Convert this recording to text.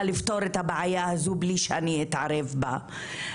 לפתור את הבעיה הזו בלי שאני אתערב בה.